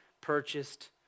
purchased